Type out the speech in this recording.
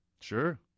sure